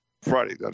Friday